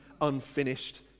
unfinished